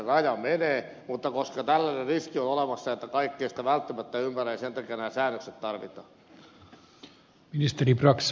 mutta koska tällainen riski on olemassa että kaikki eivät sitä välttämättä ymmärrä niin sen takia nämä säännökset tarvitaan